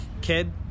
kid